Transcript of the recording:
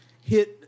hit